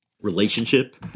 relationship